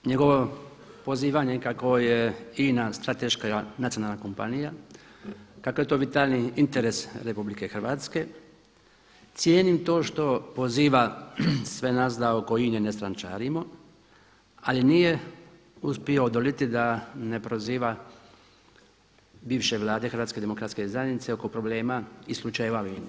Njegovo pozivanje kako je INA strateška nacionalna kompanija, kako je to vitalni Republike Hrvatske, cijenim to što poziva sve nas da oko INA-e ne strančarimo, ali nije uspio odoliti da ne proziva bivše Vlade Hrvatske demokratske zajednice oko problema i slučajeva u INA-i.